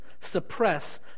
suppress